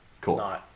Cool